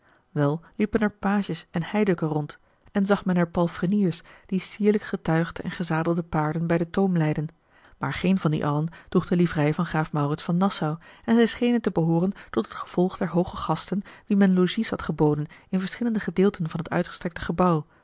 liepen er pages en heidukken rond en zag men er palfreniers die sierlijk getuigde en gezadelde paarden bij den toom leidden maar geen van die allen droeg de livrei van graaf maurits van nassau en zij schenen te behooren tot het gevolg der hooge gasten wien men logies had geboden in verschillende gedeelten van het uitgestrekte gebouw